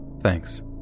Thanks